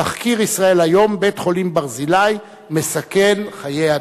תחקיר "ישראל היום" בית-החולים "ברזילי" מסכן חיי אדם.